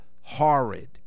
horrid